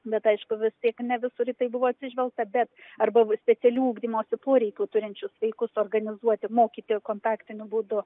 bet aišku vis tiek ne visur tai buvo atsižvelgta bet arba specialiųjų ugdymosi poreikių turinčius vaikus organizuoti mokyti kontaktiniu būdu